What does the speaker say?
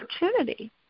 opportunity